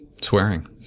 swearing